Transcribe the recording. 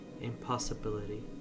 impossibility